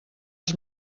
els